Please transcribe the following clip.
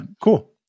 cool